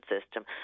system